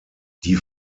die